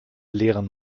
leeren